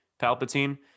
Palpatine